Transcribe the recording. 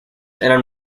eran